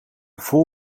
vol